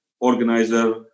organizer